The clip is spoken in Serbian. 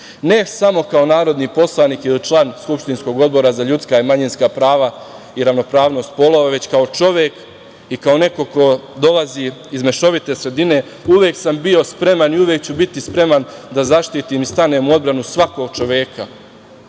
Ne samo kao narodni poslanik ili član skupštinskog Odbora za ljudska i manjinska prava i ravnopravnost polova, već kao čovek i kao neko ko dolazi iz mešovite sredine, uvek samo bio spreman i uvek ću biti spreman da zaštitim i stanem u odbranu svakog čoveka